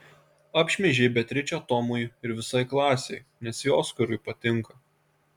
apšmeižei beatričę tomui ir visai klasei nes ji oskarui patinka